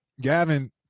Gavin